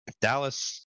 Dallas